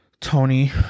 Tony